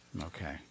Okay